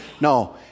No